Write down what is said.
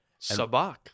Sabak